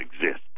exist